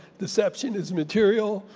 deception is material,